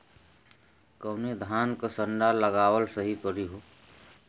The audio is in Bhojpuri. कवने धान क संन्डा लगावल सही परी हो?